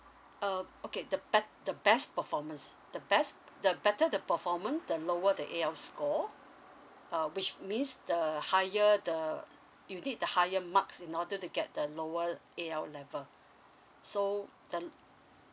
err okay the bet~ the best performance the best the better the performant the lower the A_L score uh which means the higher the you need the higher marks in order to get the lower A_L level so the